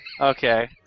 Okay